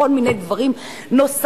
בכל מיני דברים נוספים,